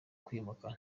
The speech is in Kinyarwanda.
kwimuka